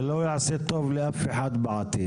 זה לא יעשה טוב לאף אחד בעתיד,